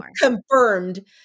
confirmed